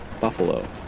Buffalo